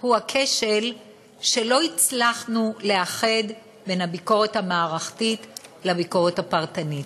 הוא הכשל שלא הצלחנו לאחד את הביקורת המערכתית והביקורת הפרטנית.